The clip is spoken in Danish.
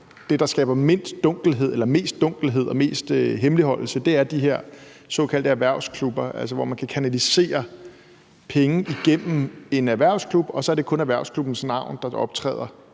tror der skaber mest dunkelhed og mest hemmeligholdelse, er de her såkaldte erhvervsklubber, altså det, at man kan kanalisere penge igennem en erhvervsklub, og så er det kun erhvervsklubbens navn, der optræder,